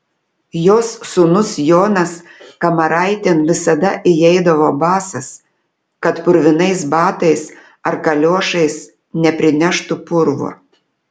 jos sūnus jonas kamaraitėn visada įeidavo basas kad purvinais batais ar kaliošais neprineštų purvo